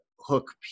hook